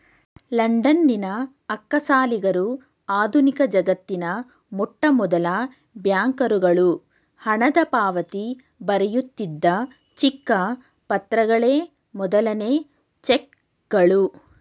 ಲಂಡನ್ನಿನ ಅಕ್ಕಸಾಲಿಗರು ಆಧುನಿಕಜಗತ್ತಿನ ಮೊಟ್ಟಮೊದಲ ಬ್ಯಾಂಕರುಗಳು ಹಣದಪಾವತಿ ಬರೆಯುತ್ತಿದ್ದ ಚಿಕ್ಕ ಪತ್ರಗಳೇ ಮೊದಲನೇ ಚೆಕ್ಗಳು